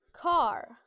car